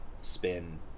spin